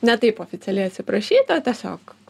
ne taip oficialiai atsiprašyt o tiesiog